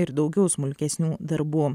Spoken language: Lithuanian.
ir daugiau smulkesnių darbų